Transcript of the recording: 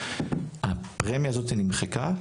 הפרמיה הזאתי נמחקה,